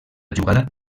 jugada